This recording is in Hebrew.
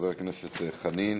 חברי הכנסת חנין,